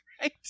Right